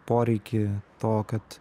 poreikį to kad